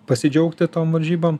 pasidžiaugti tom varžybom